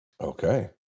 Okay